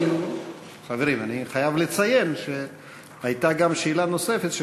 אני חייב לציין שהייתה גם שאלה נוספת,